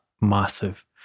massive